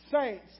saints